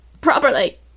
properly